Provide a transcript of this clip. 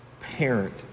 parent